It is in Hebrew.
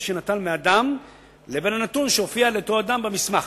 שנטל מאדם לבין הנתון שהופיע לאותו אדם במסמך.